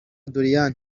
doriane